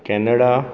Canada